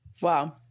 wow